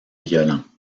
violents